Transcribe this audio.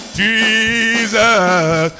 jesus